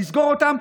לסגור אותם,